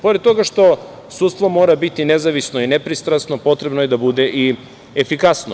Pored toga što sudstvo mora biti nezavisno i nepristrasno, potrebno je da bude i efikasno.